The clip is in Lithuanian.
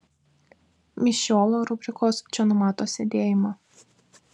mišiolo rubrikos čia numato sėdėjimą